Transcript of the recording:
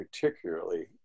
particularly